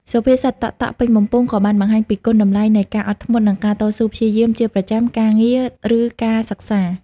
សុភាសិត តក់ៗពេញបំពង់ ក៏បានបង្ហាញពីគុណតម្លៃនៃការអត់ធ្មត់ និងការតស៊ូព្យាយាមជាប្រចាំ ការងារ ឬការសិក្សា។